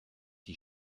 die